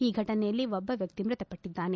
ಈ ಫಟನೆಯಲ್ಲಿ ಓರ್ವ ವ್ಯಕ್ತಿ ಮೃತಪಟ್ಟಿದ್ದಾರೆ